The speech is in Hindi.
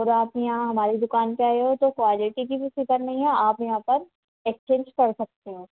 और आप यहाँ हमारी दुकान पे आए हो तो क्वालिटी की भी फ़िक्र नहीं है आप यहाँ पर एक्सचेंज कर सकते हो